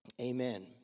Amen